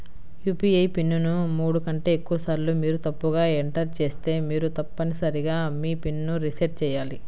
UPI PIN ను మూడు కంటే ఎక్కువసార్లు మీరు తప్పుగా ఎంటర్ చేస్తే మీరు తప్పనిసరిగా మీ పిన్ ను రీసెట్ చేయాలి